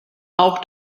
auch